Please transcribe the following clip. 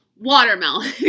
Watermelon